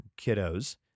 kiddos